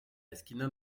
esquina